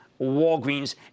Walgreens